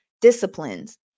disciplines